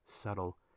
subtle